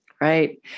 Right